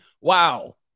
Wow